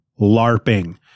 LARPing